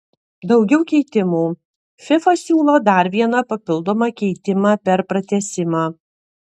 daugiau keitimų fifa siūlo dar vieną papildomą keitimą per pratęsimą